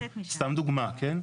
סתם דוגמה, כן?